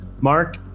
Mark